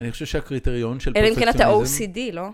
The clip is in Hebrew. אני חושב שהקריטריון של... אלא אם כן אתה OCD, לא?